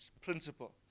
principle